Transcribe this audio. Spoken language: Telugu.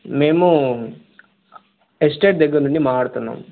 మేము ఎస్టేట్ దగ్గర నుండి మాట్లాడుతున్నాం